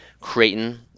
Creighton